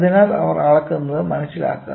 അതിനാൽ അവർ അളക്കുന്നത് മനസിലാക്കുക